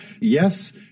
yes